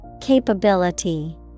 Capability